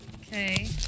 Okay